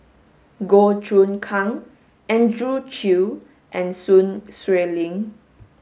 Goh Choon Kang Andrew Chew and Sun Xueling